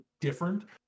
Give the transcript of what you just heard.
different